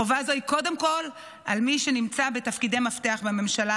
חובה זו היא קודם כול על מי שנמצא בתפקידי מפתח בממשלה